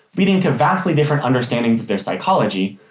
leading to vastly different understandings of their psychology,